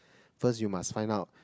first you must sign up